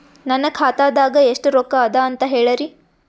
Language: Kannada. ನನ್ನ ಖಾತಾದಾಗ ಎಷ್ಟ ರೊಕ್ಕ ಅದ ಅಂತ ಹೇಳರಿ?